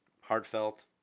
heartfelt